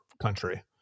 country